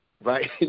Right